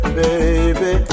baby